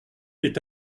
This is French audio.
est